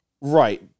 Right